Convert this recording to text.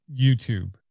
YouTube